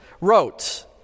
wrote